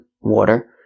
water